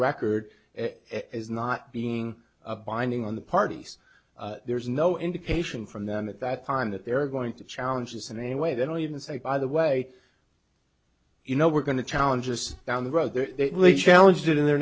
record s not being a binding on the parties there's no indication from them at that time that they're going to challenges in any way they don't even say by the way you know we're going to challenge just down the road they're challenged